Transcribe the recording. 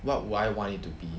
what would I want to be